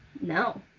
No